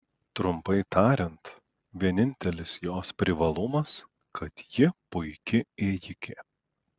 trumpai tariant vienintelis jos privalumas kad ji puiki ėjikė